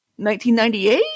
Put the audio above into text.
1998